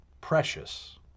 precious